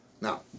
Now